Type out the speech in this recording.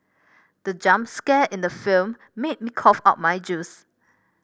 the jump scare in the film made me cough out my juice